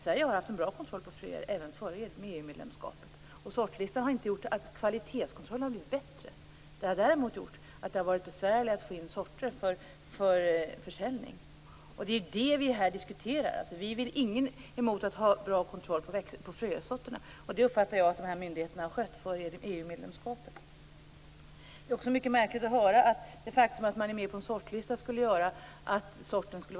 Sverige hade en bra kontroll av fröer även före EU-medlemskapet, och sortlistan har inte gjort att kvalitetskontrollen blivit bättre. Däremot har det blivit besvärligare att få in sorter för försäljning. Det är det vi diskuterar här. Ingen av oss är väl emot en bra kontroll av frösorterna, och jag uppfattar det som att myndigheterna har skött detta före EU Det är också mycket märkligt att höra att det faktum att en sort finns med på en sortlista skulle göra den bättre.